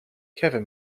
kevin